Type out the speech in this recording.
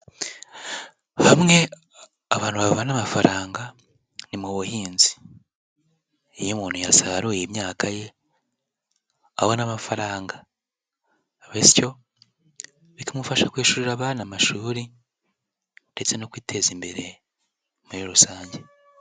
Hamwe abantu babona amafaranga ni mu buhinzi, nk'iyo umuntu yasaruye imyaka ye abona amafaranga bityo bikamufasha kwishyurira abana amashuri ndetse no kwiteza imbere muri rusange.